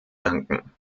danken